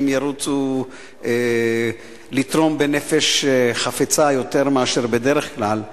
ירוצו לתרום בנפש חפצה יותר מאשר בדרך כלל,